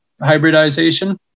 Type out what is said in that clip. hybridization